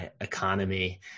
economy